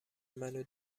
منو